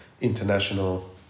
international